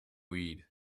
weed